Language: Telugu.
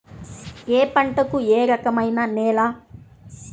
ఏ పంటకు ఏ రకమైన నేల?